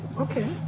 Okay